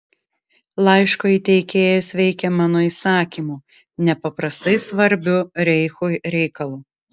laiško įteikėjas veikia mano įsakymu nepaprastai svarbiu reichui reikalu